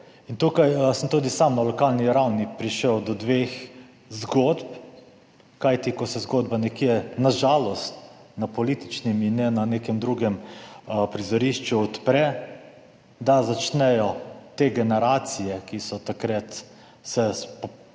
Tukaj sem tudi sam na lokalni ravni prišel do dveh zgodb, kajti ko se zgodba nekje odpre, na žalost na političnem in ne na nekem drugem prizorišču, da za te generacije, ki so se takrat spoprijemale